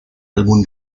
álbum